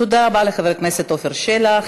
תודה רבה לחבר הכנסת עפר שלח.